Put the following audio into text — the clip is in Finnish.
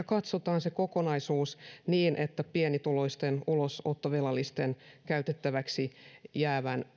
katsotaan se kokonaisuus niin että pienituloisten ulosottovelallisten käytettäväksi jäävä